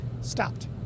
stopped